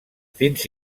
fins